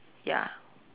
ya